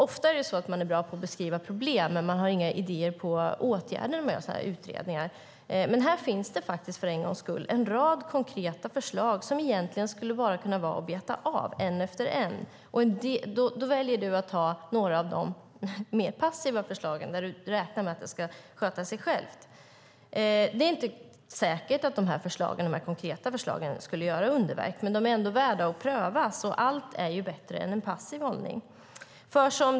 Ofta är man bra på att beskriva problem, men man har inga idéer om åtgärder när man gör sådana utredningar. Men här finns det faktiskt för en gångs skull en rad konkreta förslag som egentligen bara skulle kunna betas av. Då väljer utbildningsministern att ta några av de mer passiva förslagen där han räknar med att det ska sköta sig självt. Det är inte säkert att dessa konkreta förslag skulle göra underverk, men de är ändå värda att pröva, och allt är bättre än en passiv hållning.